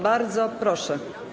Bardzo proszę.